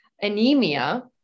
anemia